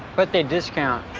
but they discount